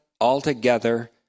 altogether